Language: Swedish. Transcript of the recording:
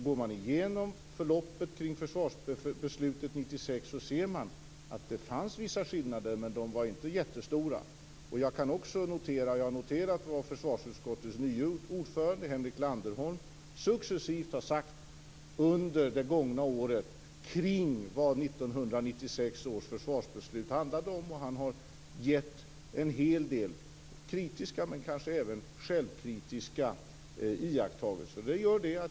Går man igenom förloppet kring försvarsbeslutet 1996 ser man att det fanns vissa skillnader, men de var inte jättestora. Jag har också noterat vad försvarsutskottets nye ordförande Henrik Landerholm successivt har sagt under det gångna året kring vad 1996 års försvarsbeslut handlade om. Han har gett en hel del kritiska, men kanske även självkritiska, iakttagelser.